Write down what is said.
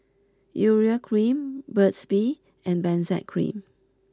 Urea cream Burt's bee and Benzac cream